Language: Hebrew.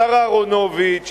השר אהרונוביץ,